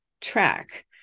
track